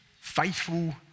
faithful